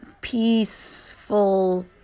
peaceful